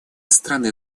страны